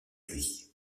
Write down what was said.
lui